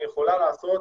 היא יכולה לעשות